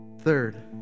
Third